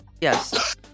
Yes